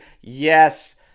Yes